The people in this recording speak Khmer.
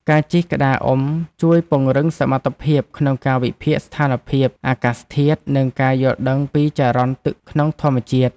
ការជិះក្តារអុំជួយពង្រឹងសមត្ថភាពក្នុងការវិភាគស្ថានភាពអាកាសធាតុ និងការយល់ដឹងពីចរន្តទឹកក្នុងធម្មជាតិ។